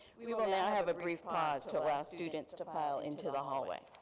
we we will now have a brief pause to allow students to to file into the hallway.